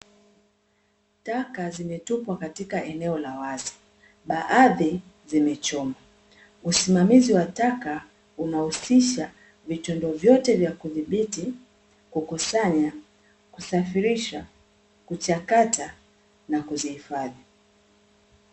Taka zimetupwa katika eneo la wazi baadhi zimechomwa. Usimamizi wa taka unahusisha vitendo vyote vya kudhibiti kukusanya, kusafirisha, kuchakata na kuzihifadhi.